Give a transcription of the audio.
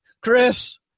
Chris